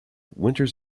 winters